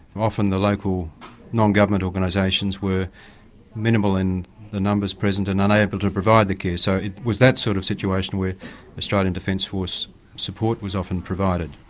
often the local non-government organisations were minimal in the numbers present and unable to provide the care so it was that sort of situation where australian defence force support was often provided.